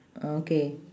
uh K